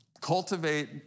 Cultivate